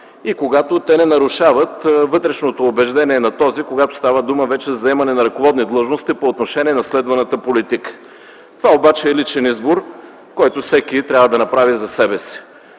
и когато те не нарушават вътрешното убеждение, когато става дума вече за заемане на ръководни длъжности по отношение на следваната политика. Това обаче е личен избор, който всеки трябва да направи за себе си.